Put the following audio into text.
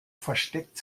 versteckt